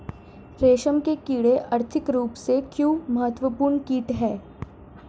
रेशम के कीड़े आर्थिक रूप से क्यों महत्वपूर्ण कीट हैं?